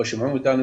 או שומעים אותנו,